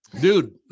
dude